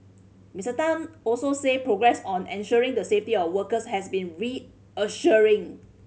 Mister Tan also said progress on ensuring the safety of workers has been reassuring